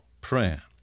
prayer